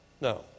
No